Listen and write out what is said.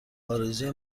ارزوی